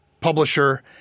publisher